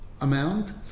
amount